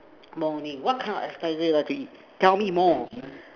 morning what kind of asparagus you like to eat tell me more